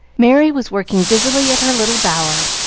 merry was working busily at her little bower.